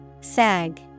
Sag